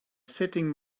sitting